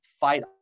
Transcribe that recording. fight